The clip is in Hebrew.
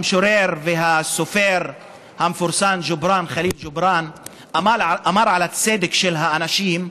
המשורר והסופר המפורסם ג'ובראן ח'ליל ג'ובראן אמר על הצדק של האנשים: